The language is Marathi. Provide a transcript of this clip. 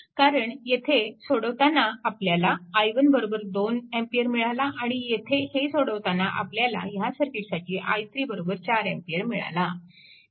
कारण येथे सोडवताना आपल्याला i1 2A मिळाला आणि येथे हे सोडवताना आपल्याला ह्या सर्किटसाठी i3 4A मिळाला